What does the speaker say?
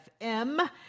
FM